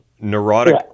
Neurotic